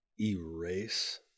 erase